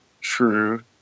True